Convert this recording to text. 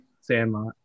sandlot